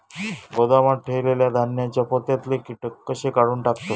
गोदामात ठेयलेल्या धान्यांच्या पोत्यातले कीटक कशे काढून टाकतत?